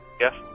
Yes